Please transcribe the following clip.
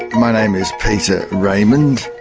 my name is peter raymond,